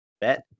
bet